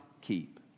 keep